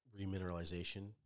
remineralization